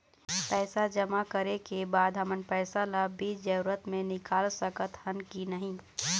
पैसा जमा करे के बाद हमन पैसा ला बीच जरूरत मे निकाल सकत हन की नहीं?